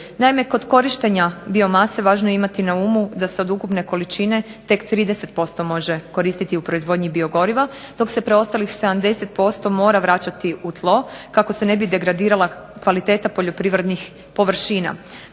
Naime kod korištenja biomase važno je imati na umu da se od ukupne količine tek 30% može koristiti u proizvodnji biogoriva, dok se preostalih 70% mora vraćati u tlo, kako se ne bi degradirala kvaliteta poljoprivrednih površina.